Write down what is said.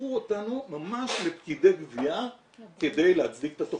הפכו אותנו ממש לפקידי גבייה כדי להצדיק את התכנית.